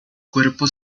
cuerpo